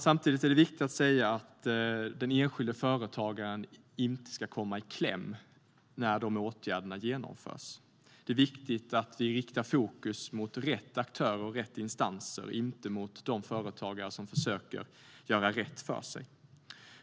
Samtidigt är det viktigt att säga att den enskilda företagaren inte ska komma i kläm när åtgärderna genomförs. Det är viktigt att vi riktar fokus mot rätt aktörer och rätt instanser - inte mot de företagare som försöker göra rätt för sig.